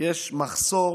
יש מחסור